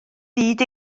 byd